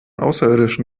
außerirdischen